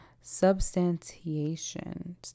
substantiation